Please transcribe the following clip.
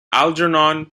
algernon